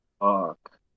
Fuck